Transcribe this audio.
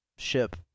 ship